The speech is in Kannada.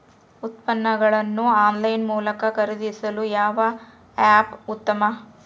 ಉತ್ಪನ್ನಗಳನ್ನು ಆನ್ಲೈನ್ ಮೂಲಕ ಖರೇದಿಸಲು ಯಾವ ಆ್ಯಪ್ ಉತ್ತಮ?